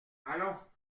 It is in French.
allons